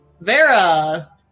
Vera